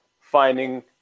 finding